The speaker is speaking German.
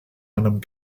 einem